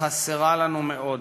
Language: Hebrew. חסרה לנו מאוד.